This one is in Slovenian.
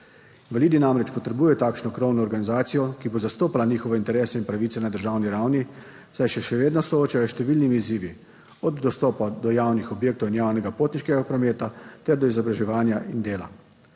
Invalidi namreč potrebujejo takšno krovno organizacijo, ki bo zastopala njihove interese in pravice na državni ravni, saj se še vedno soočajo s številnimi izzivi, od dostopa do javnih objektov in javnega potniškega prometa ter do izobraževanja in dela,